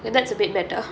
then that's a bit better